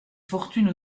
fortune